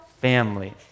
family